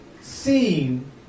seen